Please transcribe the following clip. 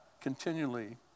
continually